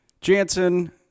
Jansen